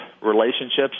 Relationships